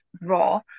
raw